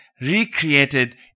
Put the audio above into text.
recreated